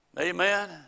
Amen